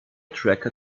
tracker